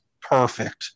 perfect